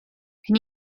can